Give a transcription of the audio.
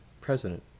President